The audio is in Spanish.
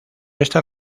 estas